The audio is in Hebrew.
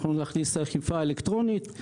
נכון להכניס אכיפה אלקטרונית.